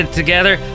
together